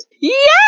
yes